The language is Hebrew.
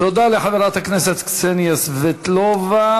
תודה לחברת הכנסת קסניה סבטלובה.